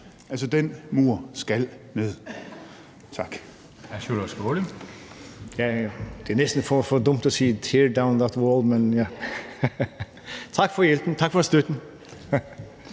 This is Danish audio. Altså, den mur skal ned. Tak.